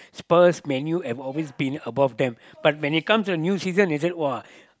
Spurs Man-U has always been above them but when it comes to a new season they said !wah!